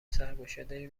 سرگشادهای